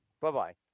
Bye-bye